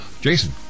Jason